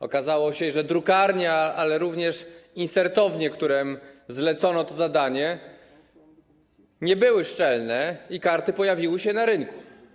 Okazało się, że drukarnia, ale również insertownie, którym zlecono to zadanie, nie były szczelne i karty pojawiły się na rynku.